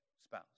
spouse